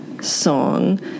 song